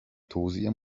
توزیع